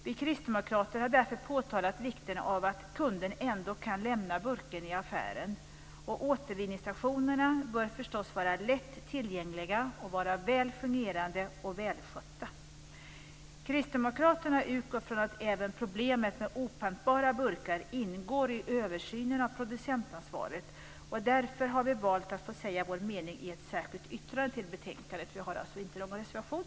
Vi kristdemokrater har därför påtalat vikten av att kunden ändå kan lämna burken i affären. Återvinningsstationerna bör förstås vara lättillgängliga, välfungerande och välskötta. Kristdemokraterna utgår från att även problemet med opantbara burkar ingår i översynen av producentansvaret. Därför har vi valt att säga vår mening i ett särskilt yttrande till betänkandet. Vi har alltså inte någon reservation.